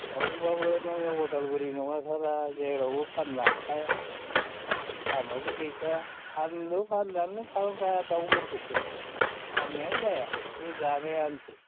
दाउबाबो नोङो उदालगुरि नङाब्ला जेरावबो फाननो हाखाया दामाबो गैखाया फानलु फानलायानो खालामखाया दाउफोरखौथ' फाननायानो जाया बे जानायनोसै